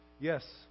Yes